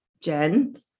Jen